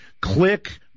Click